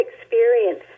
experience